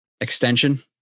Extension